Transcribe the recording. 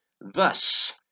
Thus